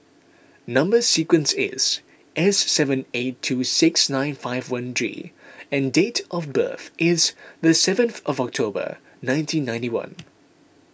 Number Sequence is S seven eight two six nine five one G and date of birth is the seventh of October nineteen ninety one